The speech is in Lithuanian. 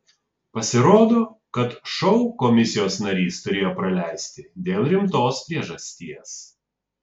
pasirodo kad šou komisijos narys turėjo praleisti dėl rimtos priežasties